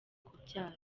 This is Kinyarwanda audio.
kubyara